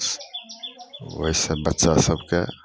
ओइसँ बच्चा सबके